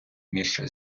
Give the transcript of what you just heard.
між